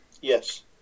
Yes